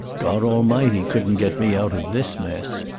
god almighty couldn't get me out of this mess,